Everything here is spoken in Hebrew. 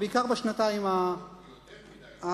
בעיקר בשנתיים האחרונות.